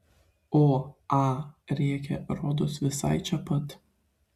o a rėkė rodos visai čia pat